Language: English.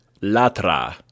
latra